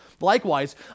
Likewise